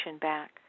back